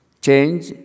Change